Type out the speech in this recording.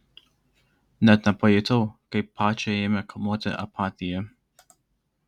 net nepajutau kaip pačią ėmė kamuoti apatija